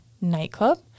nightclub